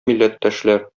милләттәшләр